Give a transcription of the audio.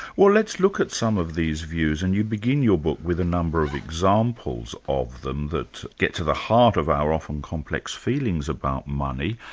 well let's look at some of these views. and you begin your book with a number of examples of them that get to the heart of our often complex feelings about money.